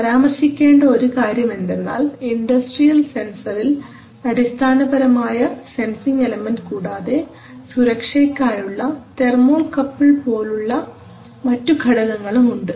പരാമർശിക്കേണ്ട ഒരു കാര്യം എന്തെന്നാൽ ഇൻഡസ്ട്രിയൽ സെൻസറിൽ അടിസ്ഥാനപരമായ സെൻസിംഗ് എലമെന്റ് കൂടാതെ സുരക്ഷയ്ക്കായുള്ള തെർമോ കപ്പിൾ പോലെയുള്ള മറ്റു ഘടകങ്ങളും ഉണ്ട്